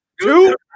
two